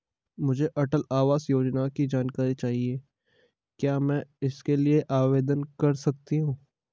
मुझे अटल आवास योजना की जानकारी चाहिए क्या मैं इसके लिए आवेदन कर सकती हूँ?